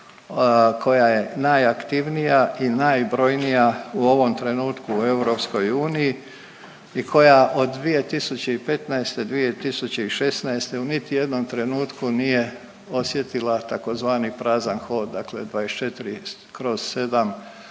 koja je najaktivnija i najbrojnija u ovom trenutku u EU i koja od 2015., 2016. u niti jednom trenutku nije osjetila tzv. prazan hod, dakle 24/7